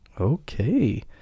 Okay